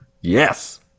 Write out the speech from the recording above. Yes